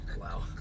wow